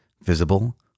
visible